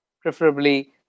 preferably